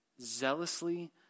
zealously